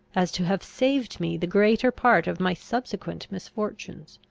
as to have saved me the greater part of my subsequent misfortunes.